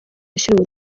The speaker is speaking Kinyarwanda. gushyira